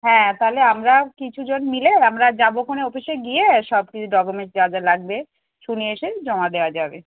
হ্যাঁ তাহলে আমরা কিছু জন মিলে আমরা যাবো খুনি অফিসে গিয়ে সব কিছু ডকুমেন্টস যা যা লাগবে শুনে এসে জমা দেওয়া যাবে